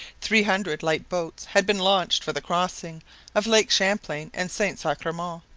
three hundred light boats had been launched for the crossing of lakes champlain and saint-sacrement.